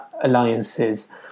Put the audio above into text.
alliances